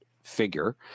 figure